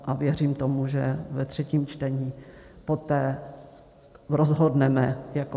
A věřím tomu, že ve třetím čtení poté rozhodneme jako